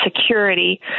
security